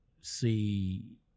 see